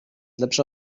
lepsza